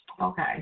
Okay